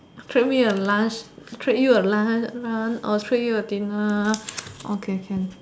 treat me a lunch treat you a lunch lunch or treat you a dinner okay can